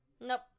Nope